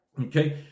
Okay